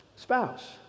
Spouse